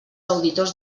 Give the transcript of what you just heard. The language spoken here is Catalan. auditors